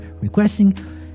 requesting